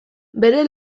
bere